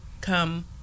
come